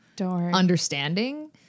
understanding